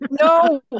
No